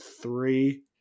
three